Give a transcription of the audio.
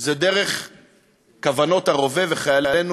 זה דרך כוונות הרובה, וחיילינו